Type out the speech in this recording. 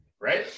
Right